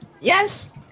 Yes